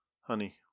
Honey